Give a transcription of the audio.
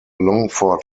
longford